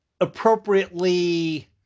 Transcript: appropriately